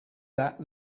that